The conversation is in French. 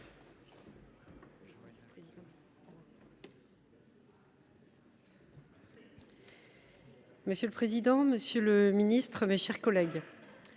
Monsieur le président, monsieur le ministre, mes chers collègues,